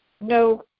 no